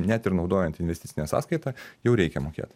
net ir naudojant investicinę sąskaitą jau reikia mokėt